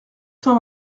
cent